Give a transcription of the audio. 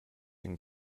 den